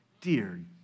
Dear